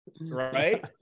right